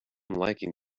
liking